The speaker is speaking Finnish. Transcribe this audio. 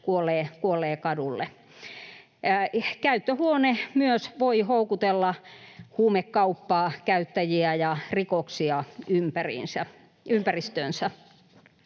kuolee kadulle. Käyttöhuone myös voi houkutella huumekauppaa, käyttäjiä ja rikoksia ympäristöönsä.